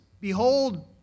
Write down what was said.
Behold